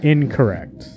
Incorrect